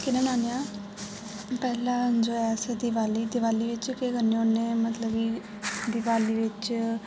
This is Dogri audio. कि'यां मनाने आ पैह्ला समझो अस आई दिवाली दिवाली च केह् करने होने आं मतलब कि दिवाली बिच